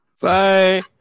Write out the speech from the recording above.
bye